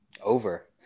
Over